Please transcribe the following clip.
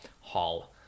Hall